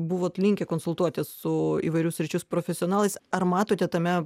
buvot linkę konsultuotis su įvairių sričių profesionalais ar matote tame